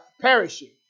perishing